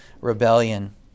rebellion